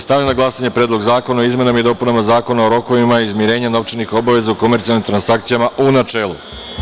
Stavljam na glasanje Predlog zakona o izmenama i dopunama Zakona o rokovima izmirenja novčanih obaveza u komercijalnim transakcijama, u načelu.